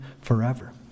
forever